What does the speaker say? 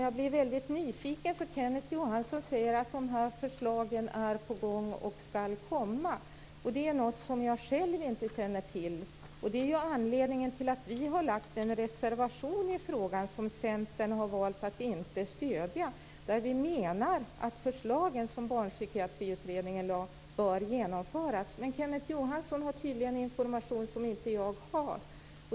Jag har blivit nyfiken eftersom Kenneth Johansson har sagt att förslagen är på gång. Det är något jag själv inte känner till. Det är anledningen till att vi har lagt fram en reservation i frågan som Centern har valt att inte stödja. Vi menar att förslagen från Barnpsykiatriutredningen bör genomföras. Kenneth Johansson har tydligen information som jag inte har.